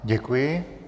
Děkuji.